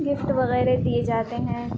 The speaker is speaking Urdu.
گفٹ وغیرہ دیے جاتے ہیں